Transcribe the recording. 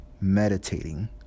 meditating